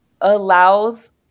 allows